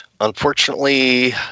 unfortunately